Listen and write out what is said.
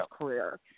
career